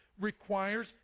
requires